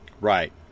Right